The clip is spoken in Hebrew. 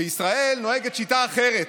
בישראל נוהגת שיטה אחרת: